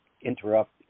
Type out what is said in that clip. interrupt